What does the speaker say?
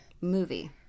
movie